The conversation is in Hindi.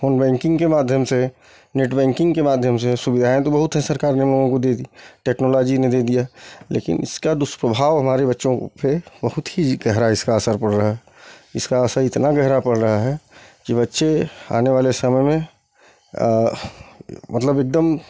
फोन बैंकिंग के माध्यम से नेट बैंकिंग के माध्यम से सुविधाएं तो बहुत हैं सरकार ने लोगों को दे दी टेक्नोलॉजी ने दे दिया लेकिन इसका दुष्प्रभाव हमारे बच्चों पर बहुत ही ज गहरा इसका असर पड़ रहा है इसका असर इतना गहरा पड़ रहा है कि बच्चे आने वाले समय में मतलब एकदम